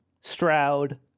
Stroud